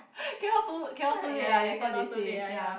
cannot too cannot too late ah later they say ya